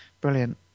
Brilliant